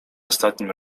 ostatnim